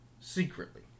secretly